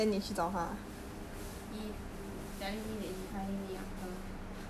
he telling me that he finding me after he eat with his friends